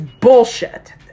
bullshit